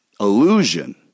illusion